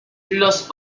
los